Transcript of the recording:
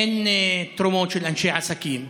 אין תרומות של אנשי עסקים,